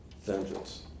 vengeance